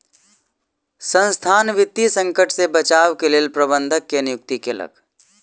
संसथान वित्तीय संकट से बचाव के लेल प्रबंधक के नियुक्ति केलक